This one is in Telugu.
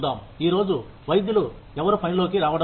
ఈ రోజు వైద్యులు ఎవరు పనిలోకి రావడం లేదు